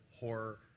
horror